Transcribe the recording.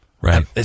right